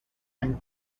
and